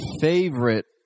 favorite